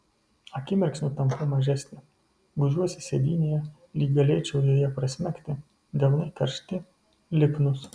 akimirksniu tampu mažesnė gūžiuosi sėdynėje lyg galėčiau joje prasmegti delnai karšti lipnūs